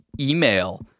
email